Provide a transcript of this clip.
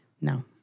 No